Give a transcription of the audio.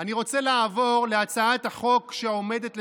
אני רוצה לעבור להצעת החוק שעומדת לפנינו.